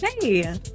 hey